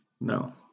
No